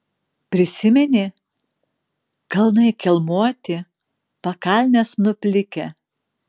prisimeni kalnai kelmuoti pakalnės nuplikę